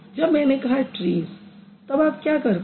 जब मैंने कहा ट्रीज़ तब आप क्या करते हैं